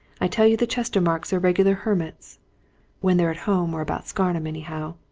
i tell you the chestermarkes are regular hermits when they're at home or about scarnham, anyhow.